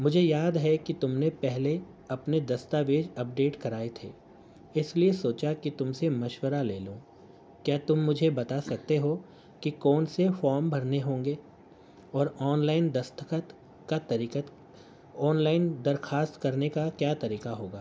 مجھے یاد ہے کہ تم نے پہلے اپنے دستاویج اپڈیٹ کرائے تھے اس لیے سوچا کہ تم سے مشورہ لے لوں کیا تم مجھے بتا سکتے ہو کہ کون سے فام بھرنے ہوں گے اور آن لائن دستخط کا طریقت آن لائن درخواست کرنے کا کیا طریقہ ہوگا